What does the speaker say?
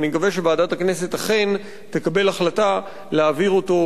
ואני מקווה שוועדת הכנסת אכן תקבל החלטה להעביר אותו